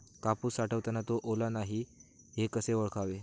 कापूस साठवताना तो ओला नाही हे कसे ओळखावे?